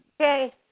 Okay